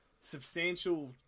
substantial